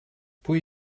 pwy